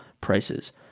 prices